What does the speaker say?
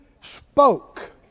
spoke